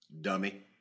Dummy